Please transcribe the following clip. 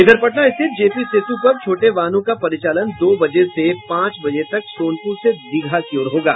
इधर पटना स्थित जेपी सेतु पर छोटे वाहनों का परिचालन दो बजे से पांच बजे तक सोनपुर से दीघा की ओर होगा